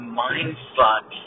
mind-fuck